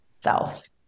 self